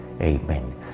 Amen